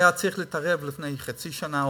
הוא היה צריך להתערב עוד לפני חצי שנה,